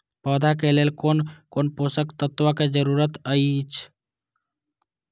पौधा के लेल कोन कोन पोषक तत्व के जरूरत अइछ?